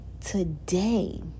today